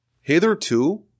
Hitherto